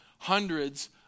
Hundreds